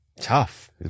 Tough